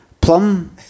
plum